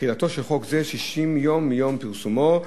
"תחילתו של חוק זה 60 יום מיום פרסומו".